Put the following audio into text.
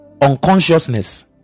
unconsciousness